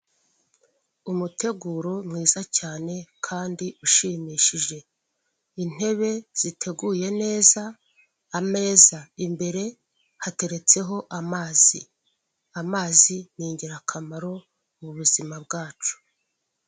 Umuteguro mwiza cyane kandi ushimishije, intebe ziteguye neza, ameza imbere hateretseho amazi. Amazi ni ingirakamaro mu buzima bwacu.